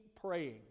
praying